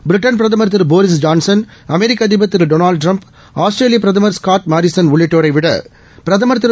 Britain பிரதமர் Boris Johnson அமெரிக்க அதிபர் திரு டொனாஸ்ட் டிரம்ப் ஆஸ்திரேலியா பிரதமர் ஸ்காட் மாரிசன் உள்ளிட்டோரைவிட பிரதமர் திரு